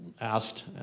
asked